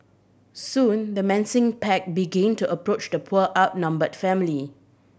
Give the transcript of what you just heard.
soon the menacing pack began to approach the poor outnumbered family